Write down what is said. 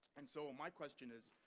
and so what my question is,